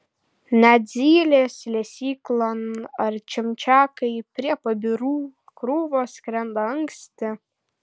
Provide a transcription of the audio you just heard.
net zylės lesyklon ar čimčiakai prie pabirų krūvos skrenda anksti